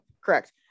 Correct